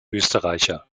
österreicher